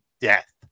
death